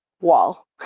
wall